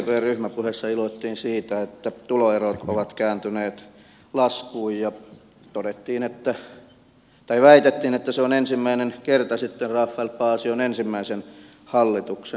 sdpn ryhmäpuheessa iloittiin siitä että tuloerot ovat kääntyneet laskuun ja väitettiin että se on ensimmäinen kerta sitten rafael paasion ensimmäisen hallituksen